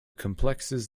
complexes